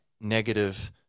negative